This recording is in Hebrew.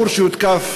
בחור שהותקף